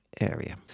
area